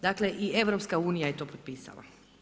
Dakle, i EU je to potpisala.